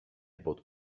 bought